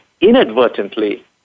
inadvertently